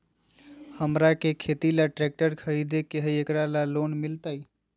हमरा के खेती ला ट्रैक्टर खरीदे के हई, एकरा ला ऋण मिलतई?